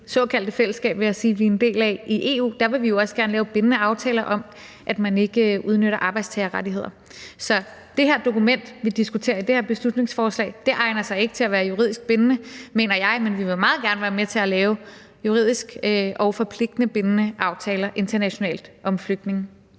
såkaldte fællesskab, vil jeg sige – vi er en del af i EU. Der vil vi jo også gerne lave bindende aftaler om, at man ikke udnytter arbejdstagerrettigheder. Så det dokument, vi diskuterer i det her beslutningsforslag, egner sig ikke til at være juridisk bindende, mener jeg. Men vi vil meget gerne være med til at lave juridisk forpligtende og bindende aftaler internationalt om flygtninge.